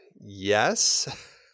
yes